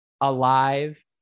alive